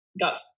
got